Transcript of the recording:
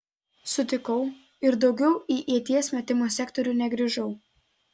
sutikau ir daugiau į ieties metimo sektorių negrįžau